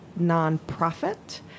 nonprofit